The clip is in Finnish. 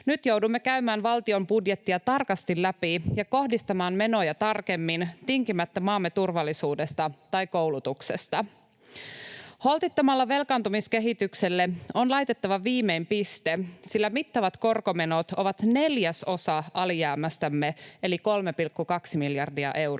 Nyt joudumme käymään valtion budjettia tarkasti läpi ja kohdistamaan menoja tarkemmin, tinkimättä maamme turvallisuudesta tai koulutuksesta. Holtittomalle velkaantumiskehitykselle on laitettava viimein piste, sillä mittavat korkomenot ovat neljäsosa alijäämästämme eli 3,2 miljardia euroa.